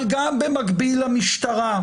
אבל גם במקביל למשטרה.